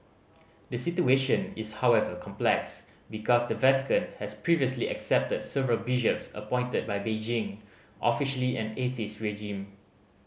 the situation is however complex because the Vatican has previously accepted several bishops appointed by Beijing officially an atheist regime